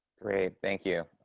great. thank you.